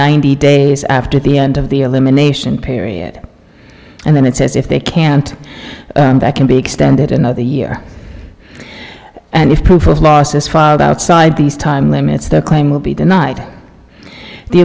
ninety days after the end of the elimination period and then it says if they can't that can be extended another year and if prefers lost his father outside these time limits the claim will be denied the